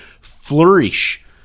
Flourish